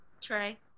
Trey